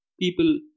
people